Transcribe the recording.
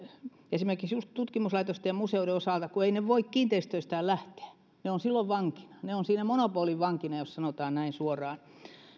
esimerkiksi just tutkimuslaitokset ja ja museot kun eivät ne voi kiinteistöistään lähteä ovat silloin vankina ne ovat siinä monopolin vankina jos sanotaan näin suoraan